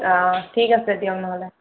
অঁ ঠিক আছে দিয়ক নহ'লে